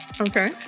Okay